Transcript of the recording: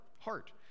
heart